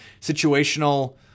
situational